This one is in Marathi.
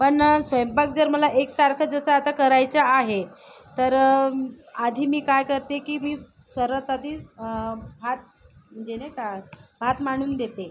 पण स्वयंपाक जर मला एकसारखा जसा आता मला करायचं आहे तर आधी मी काय करते की मी सर्वात आधी भात म्हणजे नाही का भात मांडून देते